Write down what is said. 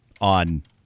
on